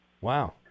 Wow